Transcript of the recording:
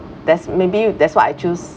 that's maybe that's why I choose